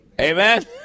Amen